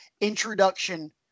introduction